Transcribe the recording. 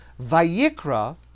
Va'yikra